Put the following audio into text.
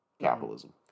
capitalism